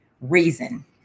reason